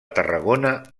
tarragona